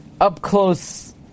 up-close